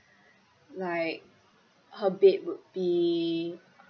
like her bed would be